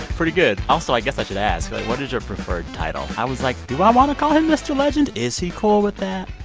pretty good. also i guess i should ask, but what is your preferred title? i was like do i want to call him mr. legend? is he cool with that?